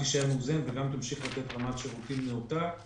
תישאר מאוזנת וגם תמשיך לתת רמת שירותים נאותה.